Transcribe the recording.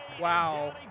Wow